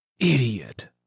Idiot